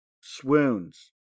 swoons